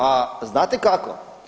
A znate kako?